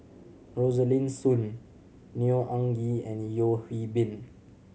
Rosaline Soon Neo Anngee and Yeo Hwee Bin